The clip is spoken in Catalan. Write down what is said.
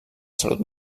salut